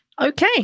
Okay